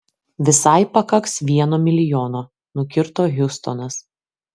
visai pakaks vieno milijono nukirto hiustonas